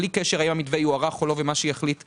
בלי קשר האם המתווה יוארך או לא ומה שתחליט הממשלה,